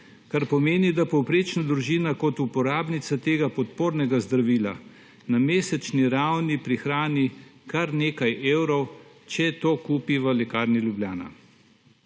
kar pomeni, da povprečna družina kot uporabnica tega podpornega zdravila na mesečni ravni prihrani kar nekaj evrov, če to kupi v Lekarni Ljubljana.